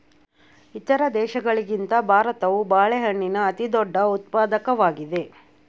ಇತರ ದೇಶಗಳಿಗಿಂತ ಭಾರತವು ಬಾಳೆಹಣ್ಣಿನ ಅತಿದೊಡ್ಡ ಉತ್ಪಾದಕವಾಗಿದೆ